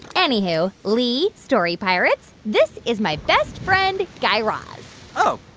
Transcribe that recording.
anywho, lee, story pirates, this is my best friend, guy raz oh.